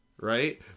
right